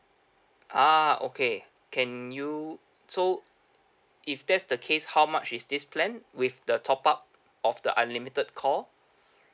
ah okay can you so if that's the case how much is this plan with the top up of the unlimited call